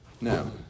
No